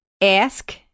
ask